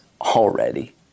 already